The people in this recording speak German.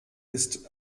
ist